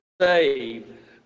save